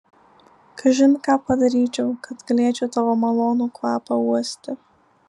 kažin ką padaryčiau kad galėčiau tavo malonų kvapą uosti